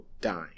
dying